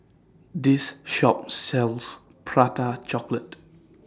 This Shop sells Prata Chocolate